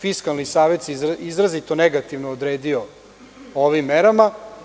Fiskalni savet se izrazito negativno odredio o ovim merama.